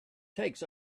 takes